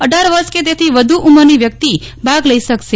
અઢાર વર્ષ કે તેથી વધુ ઉમરની વ્યક્તિ નાગરિક ભાગ લઈ શકશે